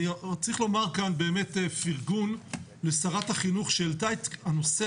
אני צריך לומר כאן באמת פרגון לשרת החינוך שהעלתה את הנושא